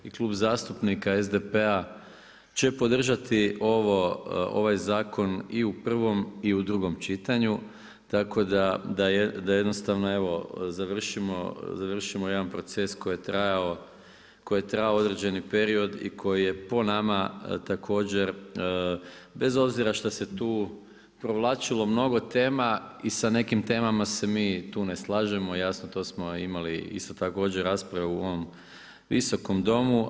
I Klub zastupnika SDP-a će podržati ovo, ovaj zakon i u prvom i u drugom čitanju tako da jednostavno evo završimo jedan proces koji je trajao određeni period i koji je po nama bez obzira što se tu provlačilo mnogo tema i sa nekim temama se mi tu ne slažemo, jasno to smo imali isto također raspravu u ovom Visokom domu.